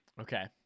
Okay